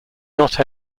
not